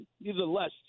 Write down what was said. nevertheless